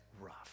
rough